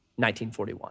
1941